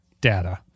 Data